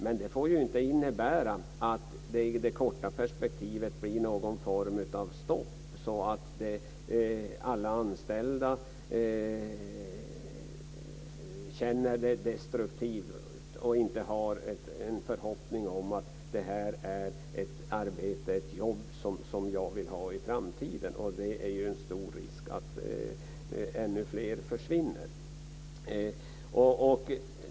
Men det får inte innebära att det i det korta perspektivet blir någon form av stopp så att alla anställda känner att det är destruktivt och att de inte har en förhoppning om att det är ett arbete, ett jobb, som de vill ha i framtiden. Det är stor risk att ännu fler försvinner.